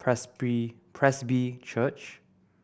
Presby Presby Church